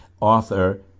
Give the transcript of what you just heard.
author